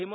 V